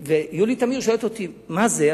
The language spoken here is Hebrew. יולי תמיר שואלת אותי: מה זה?